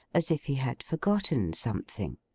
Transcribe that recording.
as if he had forgotten something.